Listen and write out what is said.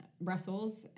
Brussels